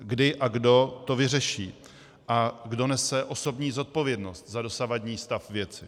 Kdy a kdo to vyřeší a kdo nese osobní zodpovědnost za dosavadní stav věci?